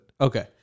Okay